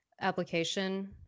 application